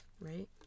right